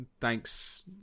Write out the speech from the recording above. thanks